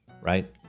right